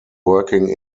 working